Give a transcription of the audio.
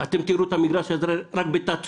אתם תראו את המגרש הזה רק בת"צות.